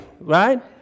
right